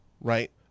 right